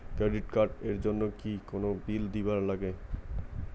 Credit card এর জন্যে কি কোনো বিল দিবার লাগে?